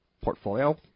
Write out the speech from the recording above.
portfolio